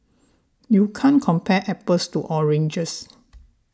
you can't compare apples to oranges